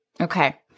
Okay